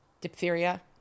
Diphtheria